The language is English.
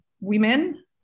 women